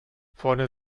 vorne